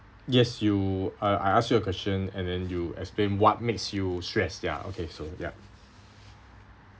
yes you I I ask you a question and then you explain what makes you stressed ya okay so yup